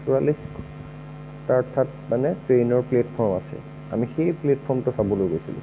চৌৰাল্লিছ টা অৰ্থাৎ মানে ট্ৰেইনৰ প্লেটফৰ্ম আছিল আমি সেই প্লেটফৰ্মটো চাবলৈ গৈছিলোঁ